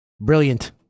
brilliant